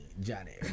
Johnny